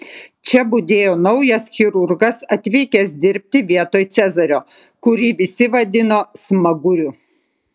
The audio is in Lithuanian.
čia budėjo naujas chirurgas atvykęs dirbti vietoj cezario kurį visi vadino smaguriu